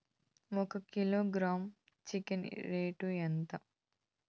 ఒక kilogram chicken rate ఎంత?